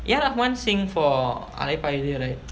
ya huan sings for அலைபாயுதே:alaipaayuthae right